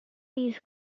these